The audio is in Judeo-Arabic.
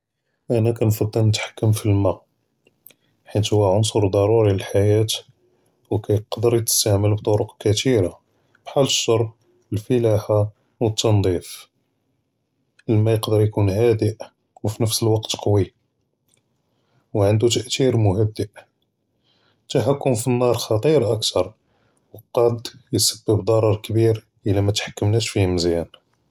אנא כנפצל נתחתכם פעלמאא' חית הו ענצר דרורי לחריה ויכדר יסטעמל ביטורוק עדי'דה בחאל א-שرب, אלפלחה ואלתנזיף, אלמאא' יכדר יכון הד׳ ואו בפנף אלווקת קווי וענדו ת׳ת׳יר מהד׳, תתחכם פנאר חתיר אכּתאר כיד יסתבע דרר כבּיר אם מתחתכמנאש פיה מזיאן.